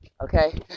Okay